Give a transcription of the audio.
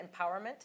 empowerment